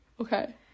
Okay